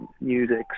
music